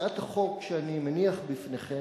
הצעת החוק שאני מניח בפניכם,